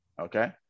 okay